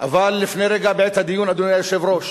אבל לפני רגע, בעת הדיון, אדוני היושב-ראש,